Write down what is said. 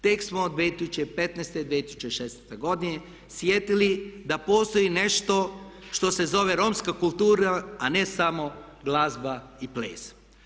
Tek smo od 2015., 2016. godine sjetili da postoji nešto što se zove romska kultura, a ne samo glazba i ples.